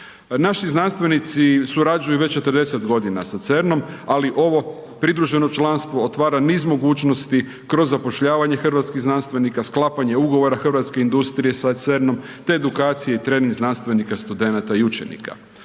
Naši znanstvenici surađuju već 40 g. sa CERN-om ali ovo pridruženo članstvo otvara niz mogućnosti kroz zapošljavanje hrvatskih znanstvenika, sklapanje ugovora hrvatske industrije sa CERN-om te edukacije i trening znanstvenika, studenata i učenika.